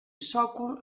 sòcol